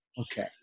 Okay